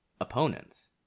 opponents